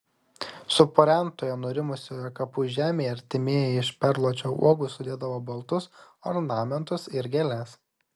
supurentoje nurimusioje kapų žemėje artimieji iš perluočio uogų sudėdavo baltus ornamentus ir gėles